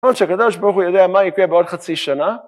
כמובן שהקדוש ברוך הוא יודע מה יקרה בעוד חצי שנה